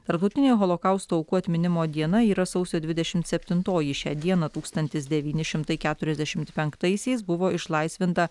tarptautinė holokausto aukų atminimo diena yra sausio dvidešimt septintoji šią dieną tūkstantis devyni šimtai keturiasdešimt penktaisiais buvo išlaisvinta